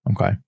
Okay